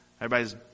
Everybody's